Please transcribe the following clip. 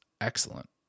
excellent